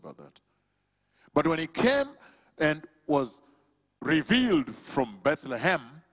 bout that but when he came and was revealed from bethlehem